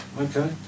okay